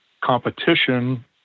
competition